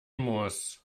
muss